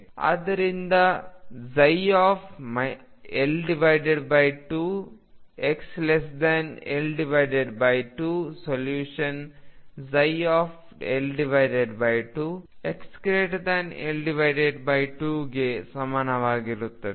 ಆದ್ದರಿಂದL2 xL2 solution L2 xL2 ಗೆ ಸಮಾನವಾಗಿರುತ್ತದೆ